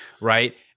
right